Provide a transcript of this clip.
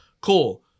cool